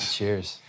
Cheers